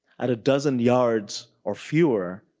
at a dozen yards or fewer,